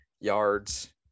yards